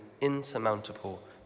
insurmountable